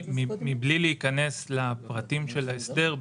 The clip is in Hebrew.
מבלי להיכנס לפרטי ההסדר,